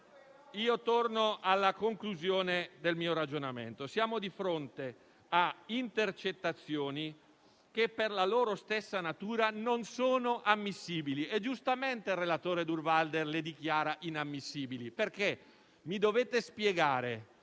Torno alla conclusione del mio ragionamento. Siamo di fronte a intercettazioni che, per la loro stessa natura, non sono ammissibili, e giustamente il relatore Durnwalder le dichiara inammissibili. Mi dovete spiegare,